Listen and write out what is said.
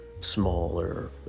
smaller